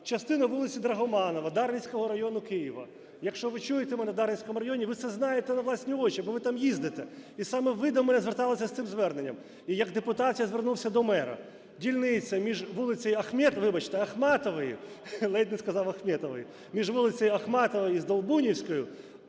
частина вулиці Драгоманова Дарницького району Києва. Якщо ви чуєте мене в Дарницькому районі, ви це знаєте на власні очі, бо ви там їздите, і саме ви до мене зверталися з цим зверненням. І як депутат я звернувся до мера. Дільниця між вулицею, вибачте, Ахматової, ледь не сказав Ахметової, між вулицею Ахматової і Здолбунівською,